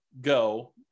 go